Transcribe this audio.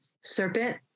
serpent